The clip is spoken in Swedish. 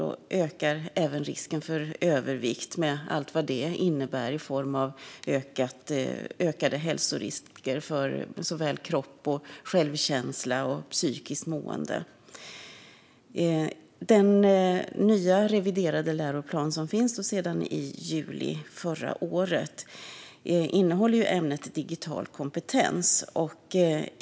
Det ökar även risken för övervikt, med allt vad det innebär i form av ökade hälsorisker för såväl kropp som självkänsla och psykiskt mående. Den nya, reviderade läroplanen som finns sedan juli förra året innehåller ämnet digital kompetens.